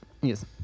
Yes